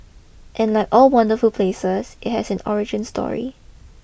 and like all wonderful places it has an origin story